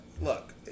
look